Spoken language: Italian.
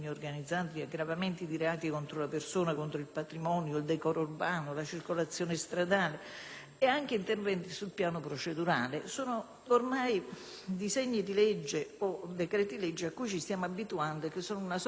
e anche interventi sul piano procedurale. Sono ormai disegni di legge o decreti‑legge a cui ci stiamo abituando e che sono una sorta di *omnibus*, per cui in un quadro già abbastanza complesso e difficile del nostro ordinamento giuridico,